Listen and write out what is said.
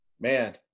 Man